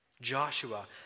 Joshua